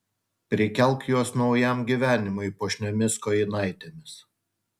prikelk juos naujam gyvenimui puošniomis kojinaitėmis